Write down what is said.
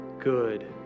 good